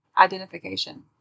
identification